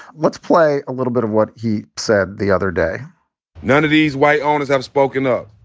let's play a little bit of what he said the other day none of these white owners have spoken up.